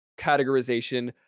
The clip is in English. categorization